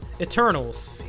Eternals